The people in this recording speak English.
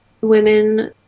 women